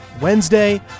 Wednesday